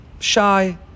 Shy